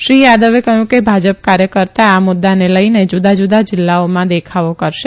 શ્રી યાદવે કહ્યું કે ભાજપ કાર્યકર્તા આ મુદ્દાને લઈને જુદા જુદા જિલ્લાઓમાં દેખાવો કરશે